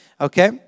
okay